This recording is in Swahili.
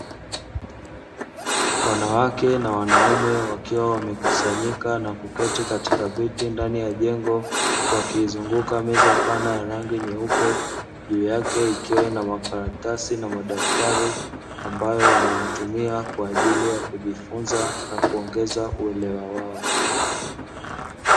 Wanawake na wanaume, wakiwa wamekusanyika na kuketi katika viti ndani ya jengo wakiizunguka meza nyeupe, juu yake ikiwa ina makaratasi na madaftari ambayo wanayatumia kwa ajili ya kujifunza na kuongeza uelewa wao.